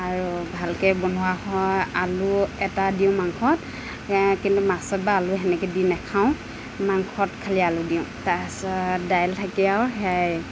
আৰু ভালকৈ বনোৱা হয় আলু এটা দিওঁ মাংসত কিন্তু মাছত বাৰু আলু সেনেকৈ দি নাখাওঁ মাংসত খালি আলু দিওঁ তাৰপাছত ডাইল থাকেই আৰু সেয়াই